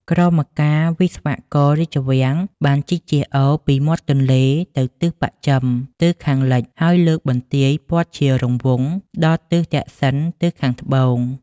ក្រមការវិស្វកររាជវាំង បានជីកជាអូរ ពីមាត់ទន្លេនៅទិសបស្ចិម (ទិសខាងលិច) ហើយលើកបន្ទាយព័ទ្ធជារង្វង់ ដល់ទិសទក្សិណ (ទិសខាងត្បូង)។